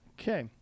Okay